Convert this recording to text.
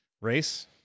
race